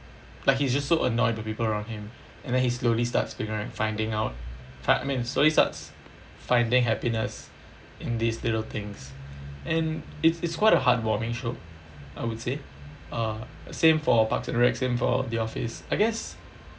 like he's just so annoyed the people around him and then he slowly starts figuring finding out fi~ I mean slowly starts finding happiness in these little things and it's it's quite a heartwarming show I would say uh same for parks and recs same for the office I guess